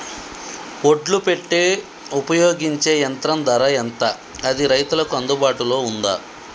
ఒడ్లు పెట్టే ఉపయోగించే యంత్రం ధర ఎంత అది రైతులకు అందుబాటులో ఉందా?